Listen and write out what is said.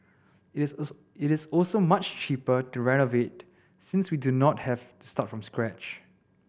it is also much cheaper to renovate since we do not have to start from scratch